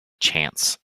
chance